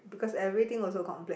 because everything also complain